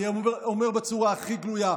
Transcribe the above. אני אומר בצורה הכי גלויה,